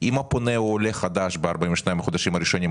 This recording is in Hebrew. אם הפונה הוא עולה חדש ב-42 החודשים הראשונים,